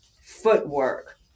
footwork